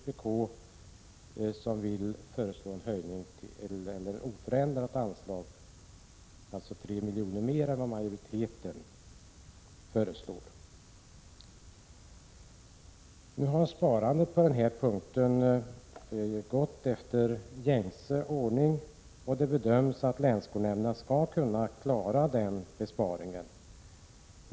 Vpk har här föreslagit oförändrat anslag, alltså 3 milj.kr. mer än vad majoriteten föreslår. Nu har sparandet på den här punkten gått efter gängse ordning. Det bedöms att länsskolnämnderna skall kunna klara detta.